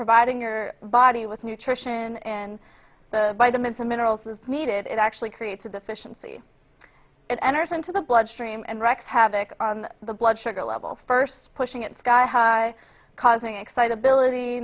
providing your body with nutrition and the vitamins and minerals as needed it actually creates a deficiency it enters into the bloodstream and wrecks havoc on the blood sugar level first pushing it sky high causing excitability